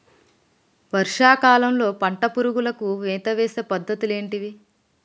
వర్షా కాలంలో పట్టు పురుగులకు మేత వేసే పద్ధతులు ఏంటివి?